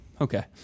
Okay